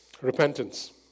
Repentance